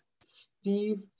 Steve